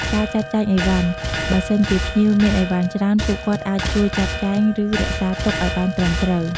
ការលាភ្ញៀវនៅពេលត្រឡប់ទៅវិញ នៅពេលភ្ញៀវត្រឡប់ទៅវិញ ពុទ្ធបរិស័ទតែងនិយាយពាក្យលាដោយរាក់ទាក់ និងជូនពរឲ្យធ្វើដំណើរប្រកបដោយសុវត្ថិភាព។